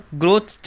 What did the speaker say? growth